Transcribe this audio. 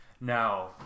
now